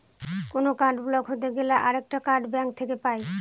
কোনো card block হতে গেলে আরেকটা কার্ড ব্যাঙ্ক থেকে পাই